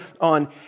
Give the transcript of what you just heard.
on